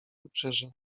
wybrzeże